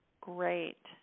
Great